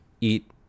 eat